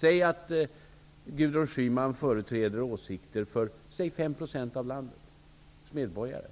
Säg att Gudrun Schyman företräder åsikter för 5 % av landets medborgare.